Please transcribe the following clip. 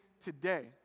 today